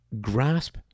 grasp